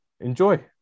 enjoy